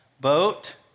boat